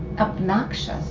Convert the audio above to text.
obnoxious